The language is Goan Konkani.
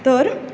तर